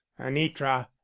anitra